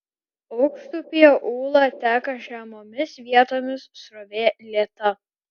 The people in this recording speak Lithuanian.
aukštupyje ūla teka žemomis vietomis srovė lėta